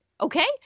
okay